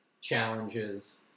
challenges